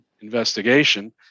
investigation-